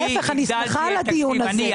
להיפך, אני שמחה על הדיון הזה.